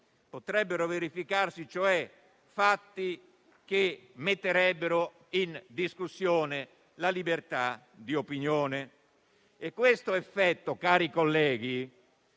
Potrebbero verificarsi cioè fatti che metterebbero in discussione la libertà di opinione. Questo effetto, colleghi